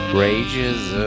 rages